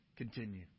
Continue